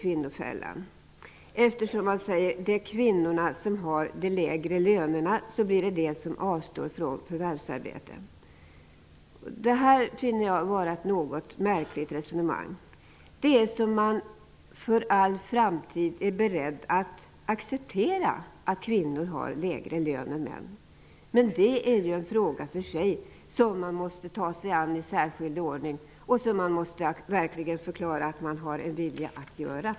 Man säger att eftersom det är kvinnorna som har de lägre lönerna så blir det de som avstår från förvärvsarbete. Detta finner jag vara ett något märkligt resonemang. Det är som om man för all framtid är beredd att acceptera att kvinnor har lägre lön än män. Men det är en fråga för sig, som man måste ta sig an i särskild ordning -- något som man verkligen måste förklara att man har en vilja att göra.